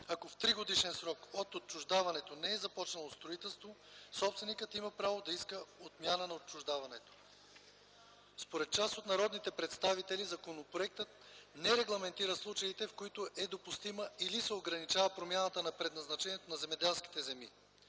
ако в тригодишен срок от отчуждаването не е започнало строителство, собственикът има право да иска отмяна на отчуждаването. Според част от народните представители законопроектът не регламентира случаите, в които е допустима или се ограничава промяната на предназначението на земеделските земи.